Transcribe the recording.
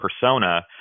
persona